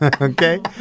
okay